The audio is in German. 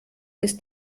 ist